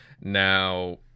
now